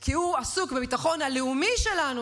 כי הוא עסוק בביטחון הלאומי שלנו,